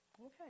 okay